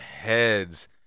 heads